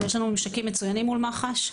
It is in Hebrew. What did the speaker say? יש לנו ממשקים מצוינים מול מח"ש.